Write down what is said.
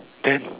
then